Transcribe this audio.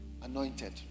anointed